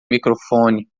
microfone